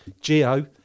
geo